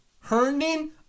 Herndon